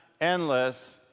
endless